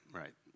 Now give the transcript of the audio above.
right